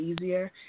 easier